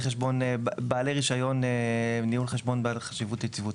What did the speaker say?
בעלי רישיון ניהול חשבון בעלי חשיבות יציבותית.